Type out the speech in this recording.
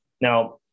Now